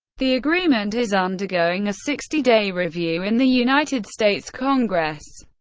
the agreement is undergoing a sixty-day review in the united states congress.